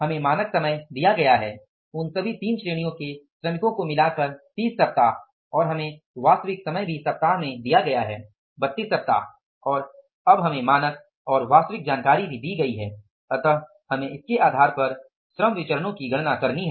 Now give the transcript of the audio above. हमें मानक समय दिया गया है उन सभी 3 श्रेणियों के श्रमिकों को मिलाकर 30 सप्ताह और हमें वास्तविक समय भी सप्ताह दिया गया है 32 सप्ताह और अब हमें मानक और वास्तविक जानकारी दी गई है इसलिए हमें इसके आधार पर श्रम विचरणो की गणना करनी है